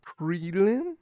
prelim